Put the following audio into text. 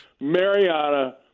Mariana